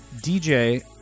DJ